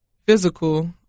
physical